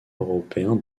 européen